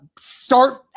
start